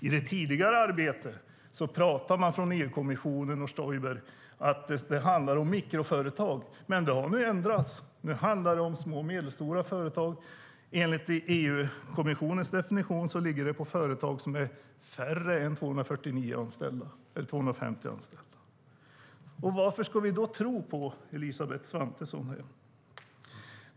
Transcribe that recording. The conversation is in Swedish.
I det tidigare arbetet pratade man från EU-kommissionen och Stoiber om att det handlade om mikroföretag. Men det har ändrats. Nu handlar det om små och medelstora företag. Enligt EU-kommissionens definition är det företag som har färre än 250 anställda. Varför ska vi då tro på Elisabeth Svantesson?